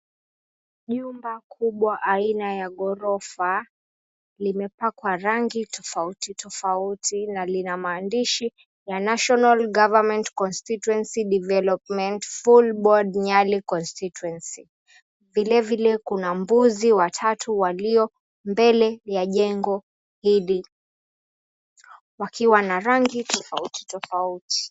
Nyumba kubwa aina ya ghorofa, limepakwa rangi tofauti tofauti, na lina maandishi ya, National Government Constituency Development Fund Board Nyali Constituency. Vilevile kuna mbuzi watatu walio mbele ya jengo hili, wakiwa na rangi tofauti tofauti.